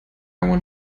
want